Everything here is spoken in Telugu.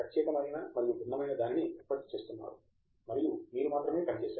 ప్రత్యేకమైన మరియు భిన్నమైన దానిని ఉత్పత్తి చేస్తునారు మరియు మీరు మాత్రమే పని చేశారు